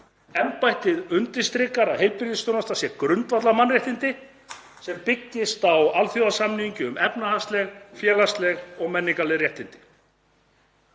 Embættið undirstrikar að heilbrigðisþjónusta sé grundvallarmannréttindi sem byggist á alþjóðasamningi um efnahagsleg, félagsleg og menningarleg réttindi.